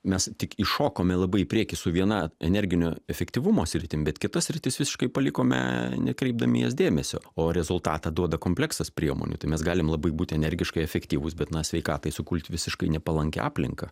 mes tik įšokome labai į priekį su viena energinio efektyvumo sritim bet kitas sritis visiškai palikome nekreipdami į jas dėmesio o rezultatą duoda kompleksas priemonių tai mes galim labai būt energiškai efektyvūs bet na sveikatai sukurt visiškai nepalankią aplinką